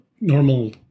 normal